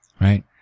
right